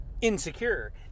insecure